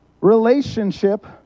relationship